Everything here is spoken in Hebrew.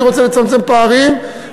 אני רוצה לצמצם פערים,